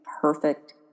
perfect